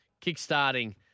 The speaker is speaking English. kick-starting